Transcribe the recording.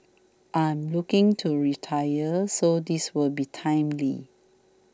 I'm looking to retire so this will be timely